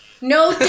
No